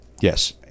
Yes